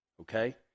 okay